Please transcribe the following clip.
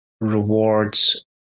rewards